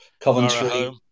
Coventry